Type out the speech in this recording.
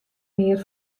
mear